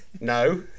No